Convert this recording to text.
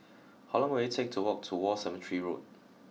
how long will it take to walk to War Cemetery Road